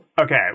okay